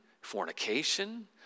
fornication